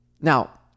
Now